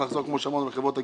כמו שאמרנו לחברות הגבייה,